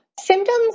symptoms